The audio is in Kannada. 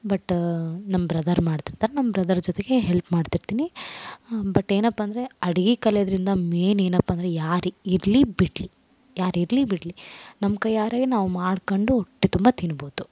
ಬಟ್ ನಮ್ಮ ಬ್ರದರ್ ಮಾಡ್ತಿರ್ತಾರೆ ಬ್ರದರ್ ಜೊತೆಗೆ ಹೆಲ್ಪ್ ಮಾಡ್ತಿರ್ತೀನಿ ಬಟ್ ಏನಪ್ಪಾ ಅಂದರೆ ಅಡುಗೆ ಕಲಿಯೋದರಿಂದ ಮೇನ್ ಏನಪ್ಪಾ ಅಂದ್ರೆ ಯಾರು ಇರಲಿ ಬಿಡಲಿ ಯಾರು ಇರಲಿ ಬಿಡಲಿ ನಮ್ಮ ಕೈಯಾರೆ ನಾವು ಮಾಡ್ಕೊಂಡು ಹೊಟ್ಟೆ ತುಂಬ ತಿನ್ಬೌದು